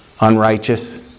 unrighteous